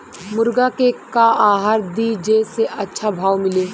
मुर्गा के का आहार दी जे से अच्छा भाव मिले?